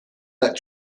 that